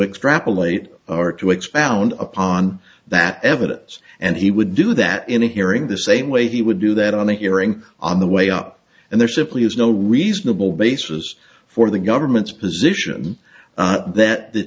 a late or to expound upon that evidence and he would do that in a hearing the same way he would do that on the hearing on the way up and there simply is no reasonable basis for the government's position that that